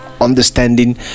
understanding